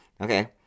Okay